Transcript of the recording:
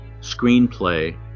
screenplay